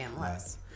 less